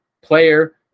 player